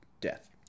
death